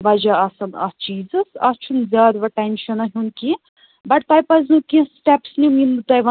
وَجہ آسان اتھ چیٖزس اتھ چھُنہٕ زیادٕ وۅنۍ ٹیٚنٛشناہ ہیٚون کیٚنٛہہ بٹ تۄہہِ پَزۍوٕ کیٚنٛہہ سِٹیٚپس نِنۍ یِم بہٕ تۄہہِ وَنو ریگیٛولٔرلی تِمن کٔرِو فالو